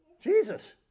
Jesus